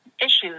issues